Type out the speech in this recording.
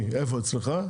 אצלך?